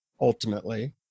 ultimately